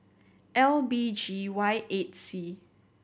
L B G Y eight C